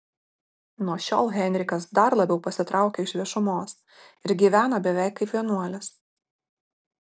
nuo šiol henrikas dar labiau pasitraukia iš viešumos ir gyvena beveik kaip vienuolis